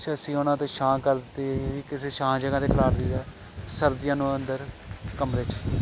ਅਸੀਂ ਉਹਨਾਂ ਦੇ ਛਾਂ ਕਰਤੀ ਕਿਸੇ ਛਾਂ ਜਗ੍ਹਾ 'ਤੇ ਸਰਦੀਆਂ ਨੂੰ ਅੰਦਰ ਕਮਰੇ 'ਚ